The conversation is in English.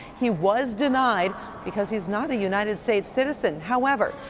he was denie because he's not a united states citizen. however,